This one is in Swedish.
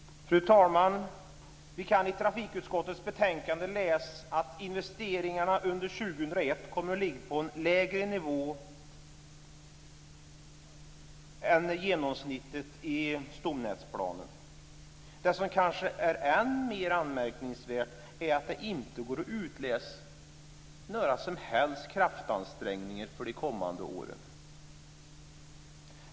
Fru talman! Vi kan i trafikutskottets betänkande läsa att investeringarna under 2001 kommer att ligga på en lägre nivå än genomsnittet i stomnätsplanen. Det som kanske är än mer anmärkningsvärt är att det inte går att utläsa några som helst kraftansträngningar för de kommande åren.